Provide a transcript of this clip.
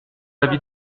l’avis